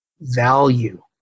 value